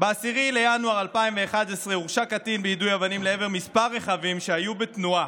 ב-10 בינואר 2011 הורשע קטין ביידוי אבנים לעבר כמה רכבים שהיו בתנועה,